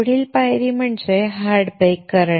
पुढील पायरी म्हणजे हार्ड बेक करणे